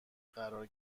قرار